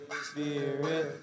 Spirit